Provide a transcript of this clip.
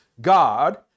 God